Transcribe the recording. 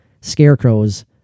scarecrows